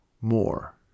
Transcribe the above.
more